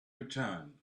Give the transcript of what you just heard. return